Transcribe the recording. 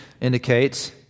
indicates